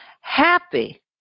Happy